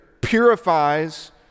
purifies